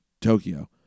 Tokyo